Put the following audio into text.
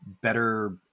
better